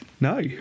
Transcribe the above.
No